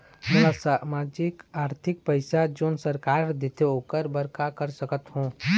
मोला सामाजिक आरथिक पैसा जोन सरकार हर देथे ओकर बर का कर सकत हो?